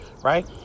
Right